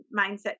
mindset